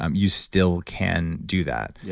um you still can do that. yeah